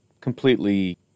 completely